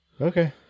Okay